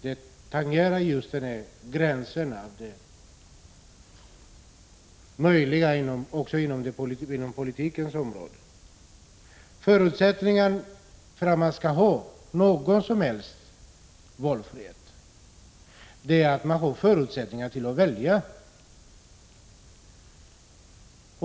Det tangerar gränsen för det möjliga inom politikens område. Förutsättningen för att man skall ha någon som helst valfrihet är ju att man har möjlighet att välja.